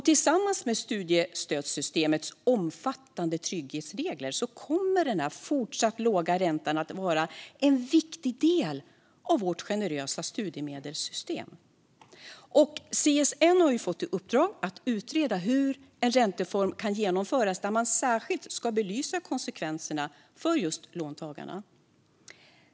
Tillsammans med studiestödssystemets omfattande trygghetsregler kommer denna fortsatt låga ränta att vara en viktig del av vårt generösa studiemedelssystem. CSN har fått i uppdrag att utreda hur en räntereform ska kunna genomföras, där man särskilt ska belysa konsekvenserna för låntagarna.